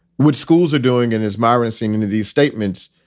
what schools are doing and is myron seeing into these statements,